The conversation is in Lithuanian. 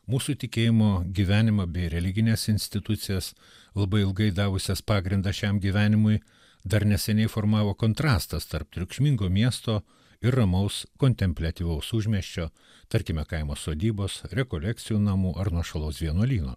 mūsų tikėjimo gyvenimą bei religines institucijas labai ilgai davusias pagrindą šiam gyvenimui dar neseniai formavo kontrastas tarp triukšmingo miesto ir ramaus kontempliatyvaus užmiesčio tarkime kaimo sodybos rekolekcijų namų ar nuošalaus vienuolyno